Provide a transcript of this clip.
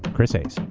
chris hayes.